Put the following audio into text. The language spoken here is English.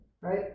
right